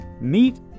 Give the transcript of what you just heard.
meet